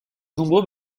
nombreux